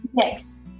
Yes